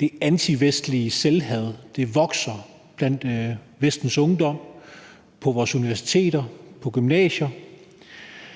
det antivestlige selvhad vokser blandt Vestens ungdom og på vores universiteter og gymnasier.